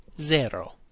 zero